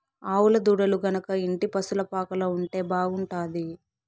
ఆవుల దూడలు గనక ఇంటి పశుల పాకలో ఉంటే బాగుంటాది